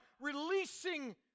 releasing